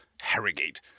Harrogate